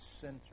center